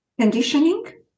conditioning